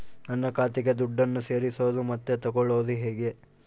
ನನ್ನ ಖಾತೆಗೆ ದುಡ್ಡನ್ನು ಸೇರಿಸೋದು ಮತ್ತೆ ತಗೊಳ್ಳೋದು ಹೇಗೆ?